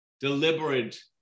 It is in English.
deliberate